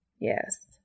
Yes